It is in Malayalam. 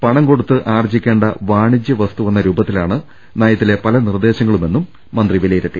പണം കൊടുത്ത് ആർജ്ജിക്കേണ്ട വാണിജ്യവ സ്തുവെന്ന രൂപത്തിലാണ് നയത്തിലെ പല നിർദ്ദേശങ്ങളു മെന്നും മന്ത്രി വിലയിരുത്തി